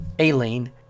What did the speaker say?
Aileen